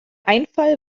einfall